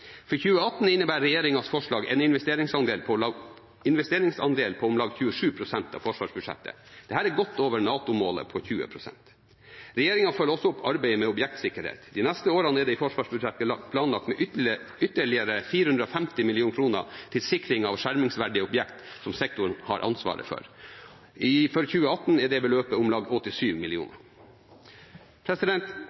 For 2018 innebærer regjeringens forslag en investeringsandel på om lag 27 pst. av forsvarsbudsjettet. Det er godt over NATO-målet på 20 pst. Regjeringen følger også opp arbeidet med objektsikkerhet. De neste årene er det i forsvarsbudsjettet planlagt med ytterligere 450 mill. kr til sikring av skjermingsverdige objekter som sektoren har ansvaret for. For 2018 er beløpet om lag 87